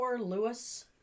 Lewis